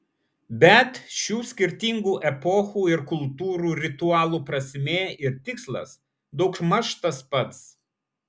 bet šių skirtingų epochų ir kultūrų ritualų prasmė ir tikslas daugmaž tas pats